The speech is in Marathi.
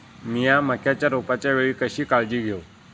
मीया मक्याच्या रोपाच्या वेळी कशी काळजी घेव?